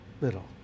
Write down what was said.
little